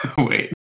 Wait